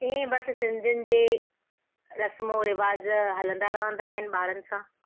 इअं बसि सिंधियुनि जे रस्मो रिवाज़ हलंदा रहंदा आहिनि ॿारनि सां